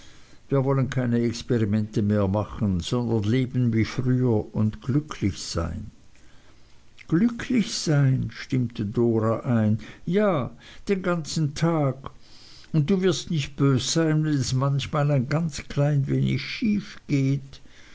wir wollen keine experimente mehr machen sondern leben wie früher und glücklich sein glücklich sein stimmte dora ein ja den ganzen tag und du wirst nicht bös sein wenn es manchmal ein ganz klein wenig schief geht